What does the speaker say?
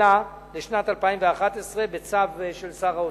אלא היא תוארך בצו של שר האוצר,